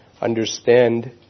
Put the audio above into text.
understand